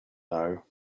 know